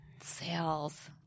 sales